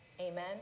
amen